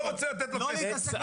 לא רוצה לתת לו כסף.